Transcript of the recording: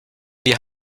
wir